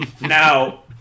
now